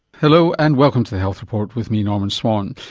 hello and welcome to the health report with me, norman swan.